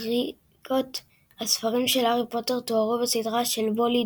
כריכות הספרים של הארי פוטר תוארו בסדרה של בולי